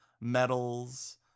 medals